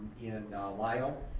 in lisle,